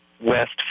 West